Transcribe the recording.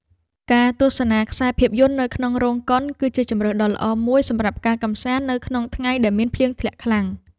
ការទស្សនាខ្សែភាពយន្តនៅក្នុងរោងកុន គឺជាជម្រើសដ៏ល្អមួយសម្រាប់ការកម្សាន្តនៅក្នុងថ្ងៃដែលមានភ្លៀងធ្លាក់ខ្លាំង។